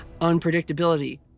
unpredictability